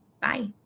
Bye